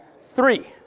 Three